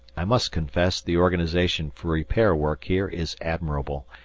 i must confess the organization for repair work here is admirable,